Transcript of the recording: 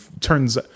turns